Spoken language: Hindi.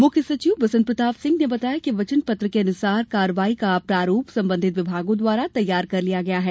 मुख्य सचिव श्री बीपी सिंह ने बताया कि वचन पत्र के अनुसार कार्रवाई का प्रारूप संबंधित विभागों द्वारा तैयार कर लिया गया है